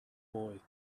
boy